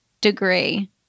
degree